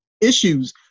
issues